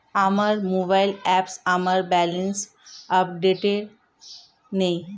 আমার মোবাইল অ্যাপে আমার ব্যালেন্স আপডেটেড নেই